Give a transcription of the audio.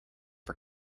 for